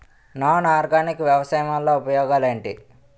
Non organic వ్యవసాయం వల్ల ఉపయోగాలు ఏంటీ?